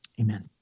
Amen